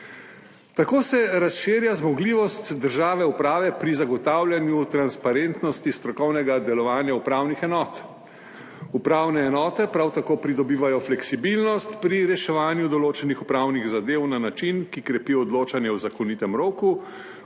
Tako se razširja zmogljivost države uprave pri zagotavljanju transparentnosti strokovnega delovanja upravnih enot, upravne enote prav tako pridobivajo fleksibilnost pri reševanju določenih upravnih zadev na način, ki krepi odločanje o zakonitem roku,